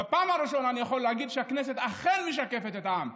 בפעם הראשונה אני יכול להגיד שהכנסת אכן משקפת את העם.